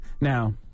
now